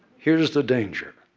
here's the danger.